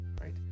right